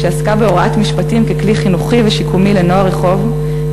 שעסקה בהוראת משפטים ככלי חינוכי ושיקומי לנוער רחוב,